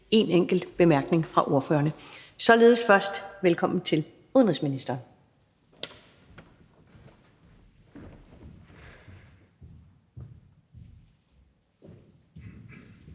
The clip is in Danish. en enkelt kort bemærkning fra hver af ordførerne. Således først velkommen til udenrigsministeren.